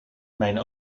mijn